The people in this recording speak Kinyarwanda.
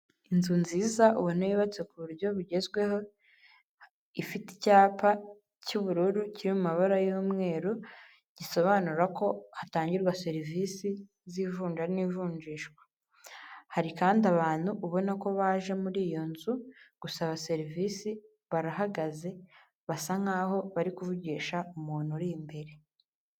Inzu nziza ubona yubatse kuburyo bugezweho ifite icyapa cy'ubururu kiri mu mabara y'umweru gisobanura ko hatangirwa serivisi z'ivunja n'ivunjishwa, hari kandi abantu ubona ko baje muri iyo nzu gusaba serivise barahagaze basa nkaho bari kuvugisha umuntu uri imbere.